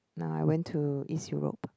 no I went to East Europe